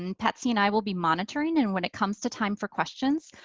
and patsy and i will be monitoring and when it comes to time for questions,